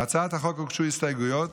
להצעת החוק הוגשו הסתייגויות.